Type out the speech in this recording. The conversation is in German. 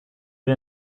der